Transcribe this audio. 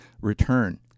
return